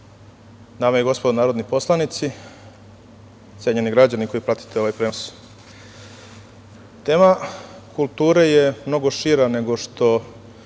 dame i gospodo narodni poslanici, cenjeni građani koji pratite ovaj prenos, tema kulture je mnogo šira nego što